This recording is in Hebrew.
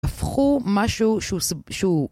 ‫הפכו משהו שהוא...